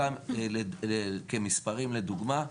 מספרים לדוגמה,